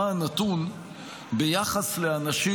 מה הנתון ביחס לאנשים